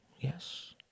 yes